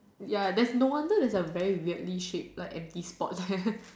ya there's no wonder there's a very weirdly shape like empty spot there